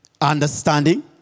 understanding